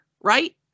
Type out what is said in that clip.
Right